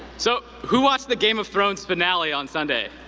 so, who watched the game of thrones finale on sunday?